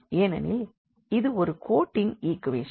ஏனெனில் இது ஒரு கோட்டின் ஈக்வேஷன்